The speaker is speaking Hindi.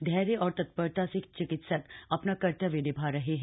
धैर्य और तत्परता से चिकित्सक अपना कर्तव्य निभा रहे हैं